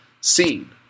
seen